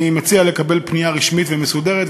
אני מציע לשלוח פנייה רשמית ומסודרת,